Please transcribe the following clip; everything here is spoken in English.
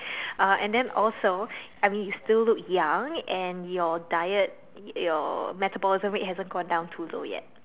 and then also I mean you still look young and your diet your metabolism rate haven't gone down too low yet